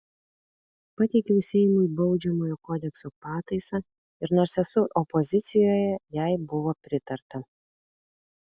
pateikiau seimui baudžiamojo kodekso pataisą ir nors esu opozicijoje jai buvo pritarta